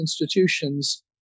institutions